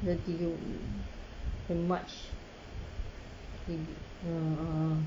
dah tiga march tiga err ah